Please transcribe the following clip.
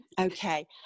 Okay